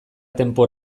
tempo